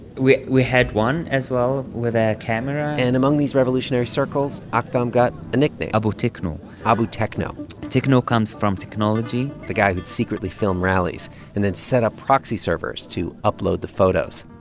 we we had one as well with a camera and among these revolutionary circles, ah aktham got a nickname abu techno abu techno techno comes from technology the guy would secretly film rallies and then set up proxy servers to upload the photos